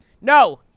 no